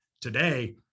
today